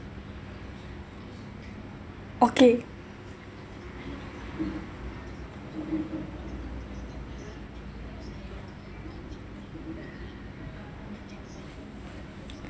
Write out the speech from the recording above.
okay